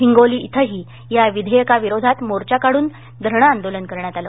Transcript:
हिंगोली इथंही या विधेयकाविरोधात मोर्चा काढून धरणे आंदोलन करण्यात आलं